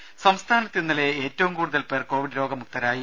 ദര സംസ്ഥാനത്ത് ഇന്നലെ ഏറ്റവും കൂടുതൽ പേർ കോവിഡ് രോഗമുക്തരായി